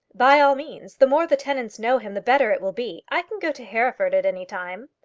by all means. the more the tenants know him the better it will be. i can go to hereford at any time.